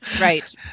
Right